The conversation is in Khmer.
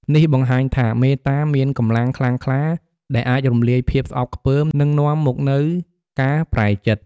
នេះបង្ហាញថា មេត្តាមានកម្លាំងខ្លាំងក្លាដែលអាចរំលាយភាពស្អប់ខ្ពើម និងនាំមកនូវការប្រែចិត្ត។